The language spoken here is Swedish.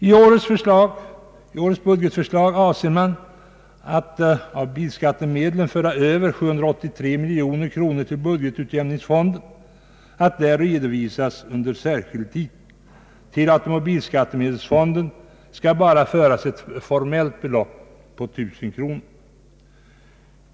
I årets budgetförslag avser man att av bilskattemedlen föra över 783 miljoner kronor till budgetutjämningsfonden att där redovisas under särskild titel. Till automobilskattefonden skall bara föras ett formellt belopp på 1000 kronor.